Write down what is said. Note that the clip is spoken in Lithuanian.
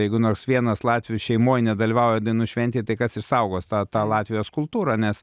jeigu nors vienas latvių šeimoj nedalyvauja dainų šventėj tai kas išsaugos tą tą latvijos kultūrą nes